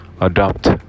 adopt